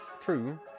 true